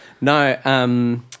No